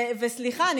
וסליחה,